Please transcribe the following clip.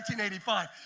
1985